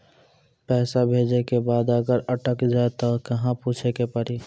पैसा भेजै के बाद अगर अटक जाए ता कहां पूछे के पड़ी?